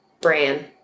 Bran